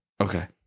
Okay